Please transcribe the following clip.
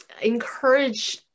encourage